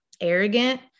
arrogant